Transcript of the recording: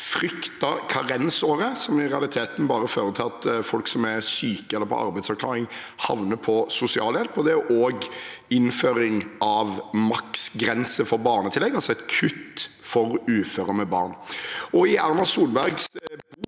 fryktede karensåret, som i realiteten bare fører til at folk som er syke eller på arbeidsavklaring, havner på sosialhjelp, og innføring av maksgrense for barnetillegg, altså et kutt for uføre med barn.